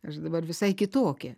aš dabar visai kitokia